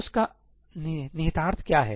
उस का निहितार्थ क्या है